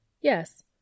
Yes